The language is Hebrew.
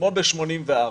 כמו ב-1984,